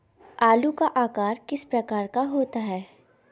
आलू का आकार किस प्रकार का होता है?